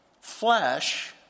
Flesh